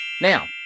Now